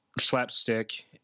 slapstick